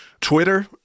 Twitter